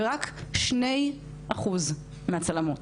ורק שני אחוז מהצלמות.